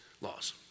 laws